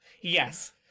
yes